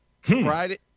Friday